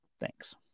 Thanks